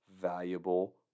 Valuable